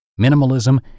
minimalism